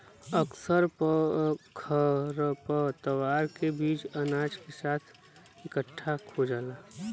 अक्सर खरपतवार के बीज अनाज के साथ इकट्ठा खो जाला